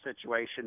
situation